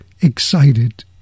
excited